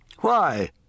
Why